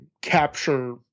capture